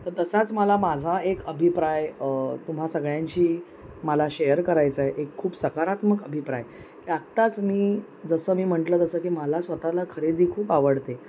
तर तसाच मला माझा एक अभिप्राय तुम्हा सगळ्यांशी मला शेअर करायचा आहे एक खूप सकारात्मक अभिप्राय की आत्ताच मी जसं मी म्हटलं तसं की मला स्वतःला खरेदी खूप आवडते